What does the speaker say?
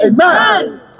Amen